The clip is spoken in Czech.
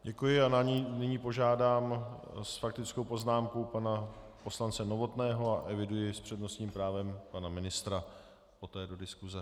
Děkuji a nyní požádám s faktickou poznámkou pana poslance Novotného a eviduji s přednostním právem pana ministra, poté do diskuse.